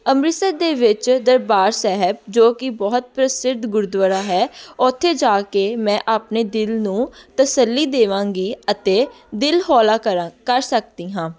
ਅੰਮ੍ਰਿਤਸਰ ਦੇ ਵਿੱਚ ਦਰਬਾਰ ਸਾਹਿਬ ਜੋ ਕਿ ਬਹੁਤ ਪ੍ਰਸਿੱਧ ਗੁਰਦੁਆਰਾ ਹੈ ਉੱਥੇ ਜਾ ਕੇ ਮੈਂ ਆਪਣੇ ਦਿਲ ਨੂੰ ਤਸੱਲੀ ਦੇਵਾਂਗੀ ਅਤੇ ਦਿਲ ਹੌਲਾ ਕਰਾਂ ਕਰ ਸਕਦੀ ਹਾਂ